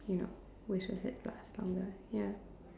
you know we should have said last longer ya